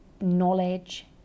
knowledge